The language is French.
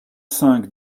cinq